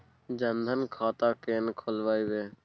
जनधन खाता केना खोलेबे?